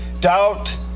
doubt